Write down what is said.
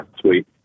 Sweet